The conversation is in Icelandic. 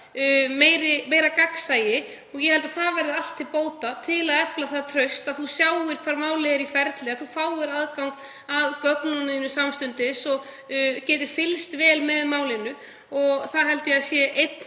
meira gagnsæi og ég held að það verði til bóta og efli traust að fólk sjá hvar málið er í ferli, að það fái aðgang að gögnunum samstundis og geti fylgst vel með málinu. Ég held að það sé einn